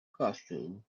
costume